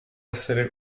essere